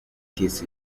kiss